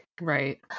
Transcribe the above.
Right